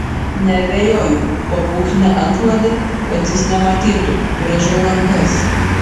neabejoju po pūkine antklode kad jis nematytų grąžau rankas